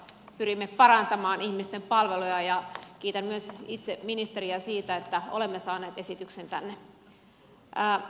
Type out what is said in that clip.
pyrimme parantamaan ihmisten palveluja ja kiitän myös itse ministeriä siitä että olemme saaneet esityksen tänne